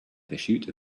pursuit